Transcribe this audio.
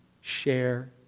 share